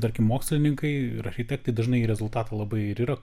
tarkim mokslininkai ir architektai dažnai į rezultatą labai ir yra